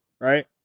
Right